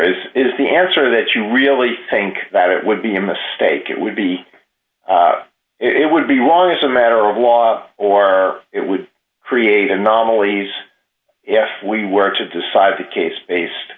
is if the answer that you really think that it would be a mistake it would be it would be wrong as a matter of law or it would create anomalies yes we were to decide a case based